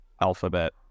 alphabet